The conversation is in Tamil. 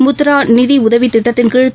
முத்ரா நிதி உதவித் திட்டத்தின்கீழ்